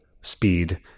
speed